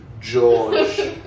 George